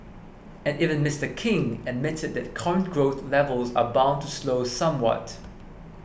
and even Mister King admitted that current growth levels are bound to slow somewhat